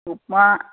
upma